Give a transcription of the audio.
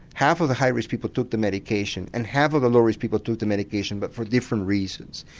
half of the high risk people took the medication and half of the low risk people took the medication but for different reasons.